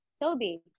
Toby